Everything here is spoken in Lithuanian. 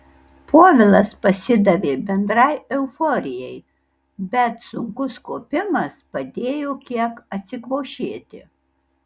povilas pasidavė bendrai euforijai bet sunkus kopimas padėjo kiek atsikvošėti